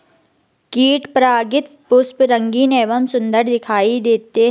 कीट परागित पुष्प रंगीन एवं सुन्दर दिखाई देते हैं